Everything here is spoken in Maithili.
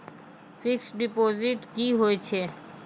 फिक्स्ड डिपोजिट की होय छै?